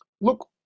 Look